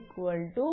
914